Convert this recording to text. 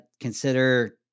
Consider